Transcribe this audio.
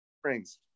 springs